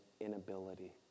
inability